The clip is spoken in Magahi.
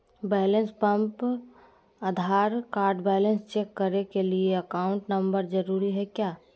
Balance pump Aadhaar card balance check करने के लिए अकाउंट नंबर जरूरी है क्या?